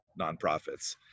nonprofits